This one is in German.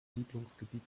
siedlungsgebiet